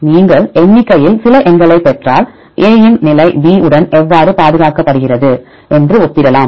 நீங்கள் எண்ணிக்கையில் சில எண்களைப் பெற்றால் a இன் நிலை b உடன் எவ்வாறு பாதுகாக்கப்படுகிறது என்று ஒப்பிடலாம்